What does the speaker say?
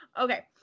Okay